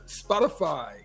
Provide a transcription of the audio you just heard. Spotify